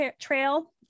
trail